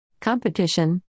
Competition